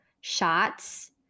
shots